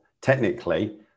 Technically